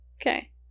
Okay